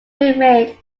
remained